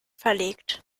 verlegt